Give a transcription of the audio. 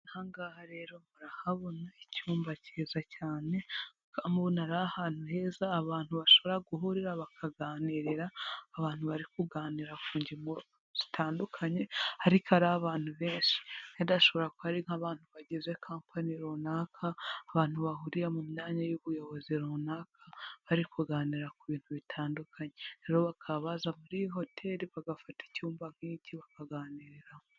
Aha ngaha rero murahabona icyumba cyiza cyane, mubona ari ahantu heza abantu bashobora guhurira bakaganirira, abantu bari kuganira ku ngingo zitandukanye ariko ari abantu benshi. Wenda hashobora kuba ari nk'abantu bagize kampani runaka, abantu bahuriye mu myanya y'ubuyobozi runaka bari kuganira ku bintu bitandukanye. Rero bakaba baza muri iyi hoteli bagafata icyumba nk'iki bakaganiriramo.